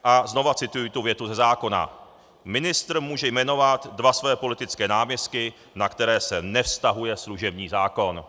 A znova cituji tu větu ze zákona: Ministr může jmenovat dva svoje politické náměstky, na které se nevztahuje služební zákon.